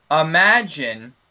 Imagine